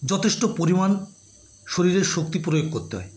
যথেষ্ট পরিমাণ শরীরের শক্তি প্রয়োগ করতে হয়